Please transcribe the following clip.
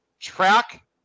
Track